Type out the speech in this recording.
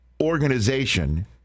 organization